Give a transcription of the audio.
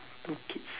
two kids